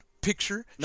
picture